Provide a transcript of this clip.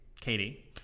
Katie